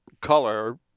color